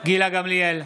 גילה גמליאל,